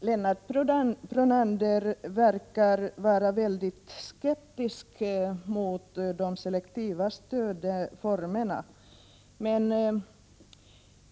Herr talman! Lennart Brunander verkar vara mycket skeptisk till de selektiva stödformerna.